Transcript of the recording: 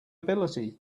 ability